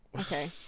Okay